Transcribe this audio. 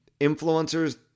influencers